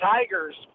Tigers